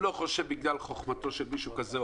לא חושב שבגלל חוכמתו של מישהו כזה,